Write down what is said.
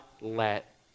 let